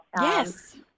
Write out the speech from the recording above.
Yes